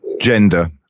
gender